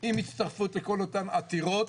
עם הצטרפות של כל אותן עתירות